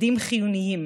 תפקידים חיוניים,